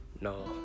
No